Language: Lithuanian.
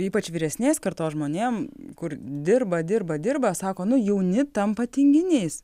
ypač vyresnės kartos žmonėm kur dirba dirba dirba sako nu jauni tampa tinginiais